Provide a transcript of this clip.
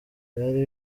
byari